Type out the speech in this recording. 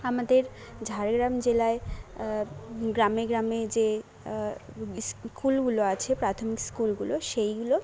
আমাদের ঝাড়গ্রাম জেলায় গ্রামে গ্রামে যে স্কুলগুলো আছে প্রাথমিক স্কুলগুলো সেইগুলো